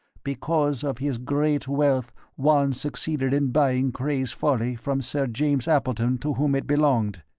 because of his great wealth juan succeeded in buying cray's folly from sir james appleton to whom it belonged.